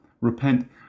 Repent